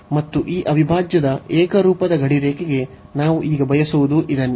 ಮತ್ತು ಈ ಅವಿಭಾಜ್ಯದ ಏಕರೂಪದ ಗಡಿರೇಖೆಗೆ ನಾವು ಈಗ ಬಯಸುವುದು ಇದನ್ನೇ